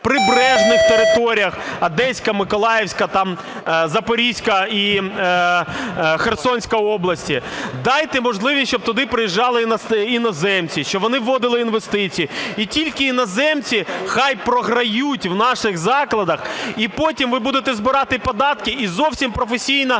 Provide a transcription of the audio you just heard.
прибережних територіях – Одеська, Миколаївська там Запорізька і Херсонська області. Дайте можливість, щоб туди приїжджали іноземці, щоб вони ввозили інвестиції, і тільки іноземці хай програють в наших закладах. І потім ви будете збирати податки, і зовсім професійно